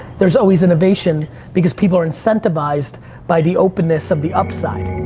there's always innovation because people are incentivized by the openness of the upside.